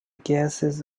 gases